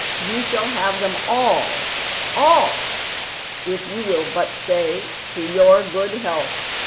you shall have them all all if you will but say to your good health!